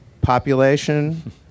Population